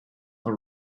are